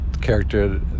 character